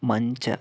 ಮಂಚ